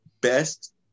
best